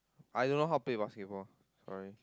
I don't know how play basketball sorry